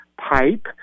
pipe